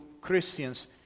Christians